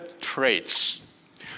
traits